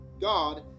God